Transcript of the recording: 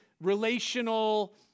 relational